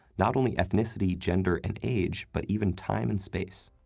not only enthnicity, gender, and age but even time and space.